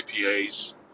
IPAs